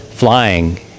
flying